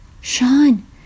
Sean